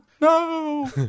No